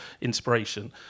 inspiration